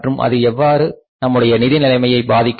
மற்றும் அது எவ்வாறு நம்முடைய நிதி நிலையை பாதிக்கும்